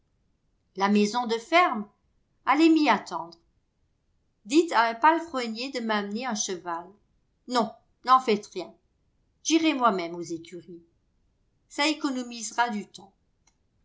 la maison de ferme allez m'y attendre dites à un palefrenier de m'amener un cheval non n'en faites rien j'irai moi-même aux écuries ça économisera du temps